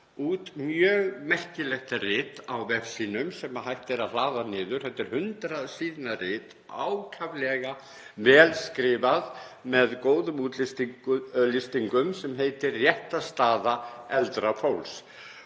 út mjög merkilegt rit á vef sínum sem hægt er að hlaða niður, þetta er 100 síðna rit, ákaflega vel skrifað með góðum útlistingum, sem heitir Réttarstaða eldra fólks.